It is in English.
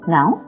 Now